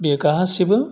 बेयो गासैबो